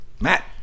Matt